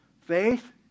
faith